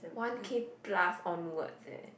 one K plus on wards eh